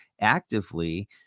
actively